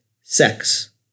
sex